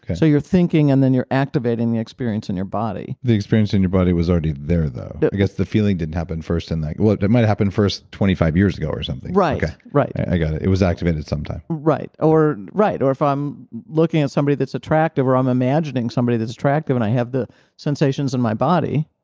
so you're thinking and then you're activating the experience in your body the experience in your body was already there though. i guess the feeling didn't happen first in that. well, it but might happen first twenty five years ago or something right yeah right i got it. it was activated sometime right. or if i'm looking at somebody that's attractive, or i'm imagining somebody that's attractive, and i have the sensations in my body,